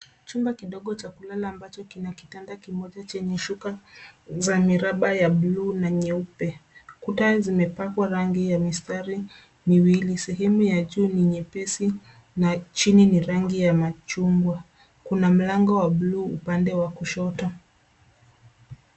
Chumba kidogo cha kulala ambacho kina kitanda kimoja chenye shuka za miraba ya bluu na nyeupe. Kuta zimepakwa rangi ya mistari miwili, sehemu ya juu ni nyepesi na chini ni rangi ya machungwa. Kuna mlango wa bluu upande wa kushoto.